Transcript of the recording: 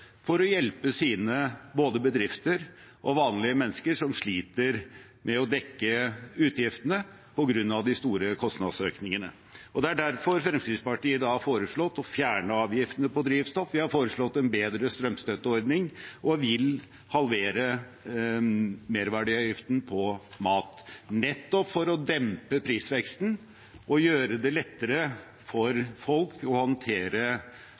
for å hjelpe både sine bedrifter og vanlige mennesker som sliter med å dekke utgiftene på grunn av de store kostnadsøkningene. Det er derfor Fremskrittspartiet har foreslått å fjerne avgiftene på drivstoff, vi har foreslått en bedre strømstøtteordning og vil halvere merverdiavgiften på mat, nettopp for å dempe prisveksten og gjøre det lettere for folk å håndtere